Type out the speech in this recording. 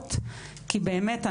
המערכות כי באמת,